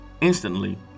Instantly